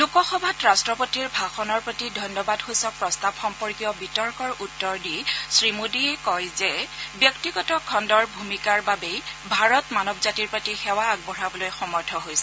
লোকসভাত ৰাষ্ট্ৰপতিৰ ভাষণৰ প্ৰতি ধন্যবাদ সূচক প্ৰস্তাৱ সম্পৰ্কীয় বিতৰ্কৰ উত্তৰ দি শ্ৰীমোদীয়ে কয় যে ব্যক্তিগত খণ্ডৰ ভূমিকাৰ বাবে ভাৰত মানৱ জাতিৰ প্ৰতি সেৱা আগবঢ়াবলৈ সমৰ্থ হৈছে